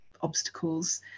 obstacles